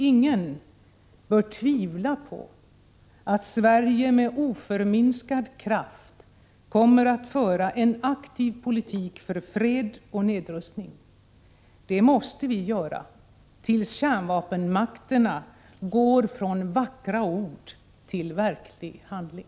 Ingen bör tvivla på att Sverige med oförminskad kraft kommer att föra en aktiv politik för fred och nedrustning. Det måste vi göra tills kärnvapenmakterna går från vackra ord till verklig handling.